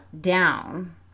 down